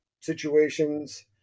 situations